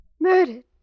Murdered